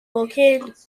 located